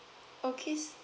okay